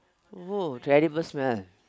!woah! terrible smell